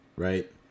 Right